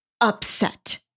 upset